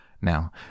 Now